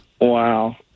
Wow